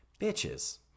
bitches